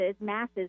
masses